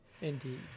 Indeed